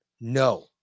No